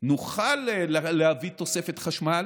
נוכל להביא תוספת חשמל,